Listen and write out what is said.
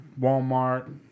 Walmart